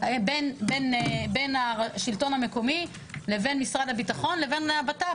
בין השלטון המקומי לבין משרד הביטחון לבין הבט"פ,